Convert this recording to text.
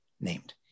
named